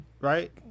Right